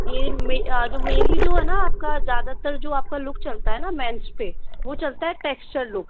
ये main mainly जो हैं ना आपका ज़्यादातर जो आपका लुक चलता है ना मेंस पे वो चलता है टेक्स्चर लुक